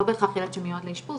לא בהכרח ילד שמיועד לאשפוז,